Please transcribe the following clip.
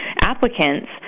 applicants